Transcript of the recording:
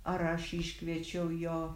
ar aš iškviečiau jo